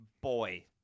boy